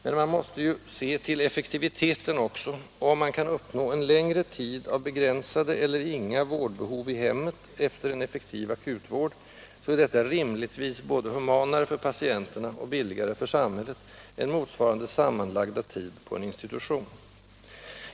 Men man måste ju se till effektiviteten också, och om man kan uppnå en längre tid av begränsade — eller inga — vårdbehov i hemmet efter en effektiv akutvård, så är detta rimligtvis både humanare för patienterna och billigare för samhället än motsvarande sammanlagda tid på en institution.